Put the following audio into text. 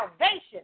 salvation